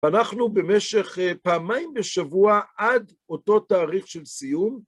אנחנו במשך פעמיים בשבוע עד אותו תאריך של סיום.